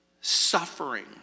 suffering